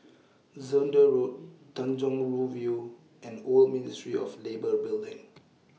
Zehnder Road Tanjong Rhu View and Old Ministry of Labour Building